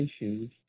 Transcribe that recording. issues